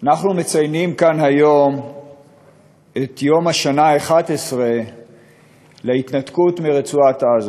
אנחנו מציינים כאן היום את יום השנה ה-11 להתנתקות מרצועת-עזה.